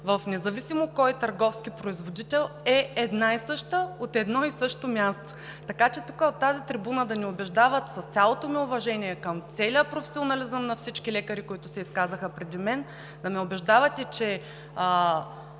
в независимо кой търговски производител е една и съща, от едно и също място. Така че от тази трибуна да ни убеждават, с цялото ми уважение към професионализма на всички лекари, които се изказаха преди мен, да ни убеждавате, че…